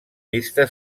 vista